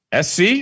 SC